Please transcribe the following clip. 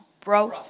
bro